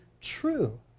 true